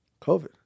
COVID